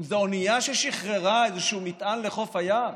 אם זו האונייה ששחררה איזשהו מטען לחוף הים,